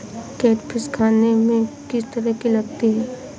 Catfish खाने में किस तरह की लगती है?